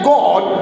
God